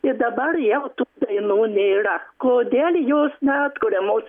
ir dabar jau tų dainų nėra kodėl jos neatkuriamos